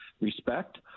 respect